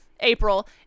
April